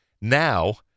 Now